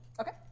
okay